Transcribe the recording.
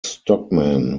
stockman